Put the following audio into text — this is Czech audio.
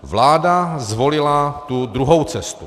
Vláda zvolila tu druhou cestu.